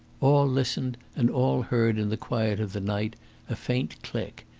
all listened, and all heard in the quiet of the night a faint click,